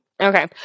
Okay